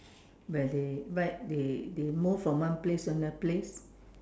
where they but they they move from one place to another place